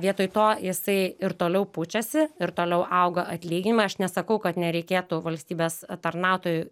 vietoj to jisai ir toliau pučiasi ir toliau auga atlyginimai aš nesakau kad nereikėtų valstybės tarnautojų